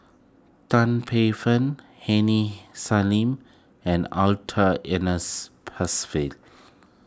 Tan Paey Fern Aini Salim and Arthur Ernest